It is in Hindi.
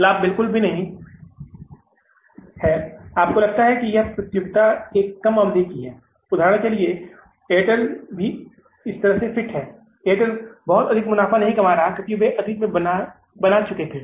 लाभ बिल्कुल भी नहीं है कि आपको क्या लगता है कि यह प्रतियोगिता एक कम अवधि की है उदाहरण के लिए एयरटेल भी इस तरह फिट है कि एयरटेल अब बहुत महत्वपूर्ण मुनाफा नहीं कमा रहा है क्योंकि वे अतीत में बना रहे थे